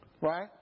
Right